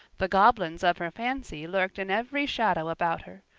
the goblins of her fancy lurked in every shadow about her,